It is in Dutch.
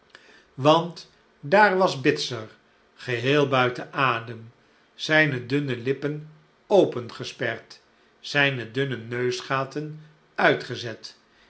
want daar was bitzer geheel buiten adem zijne dunne lippen opengesperd zijne dunne neusgaten uitgezet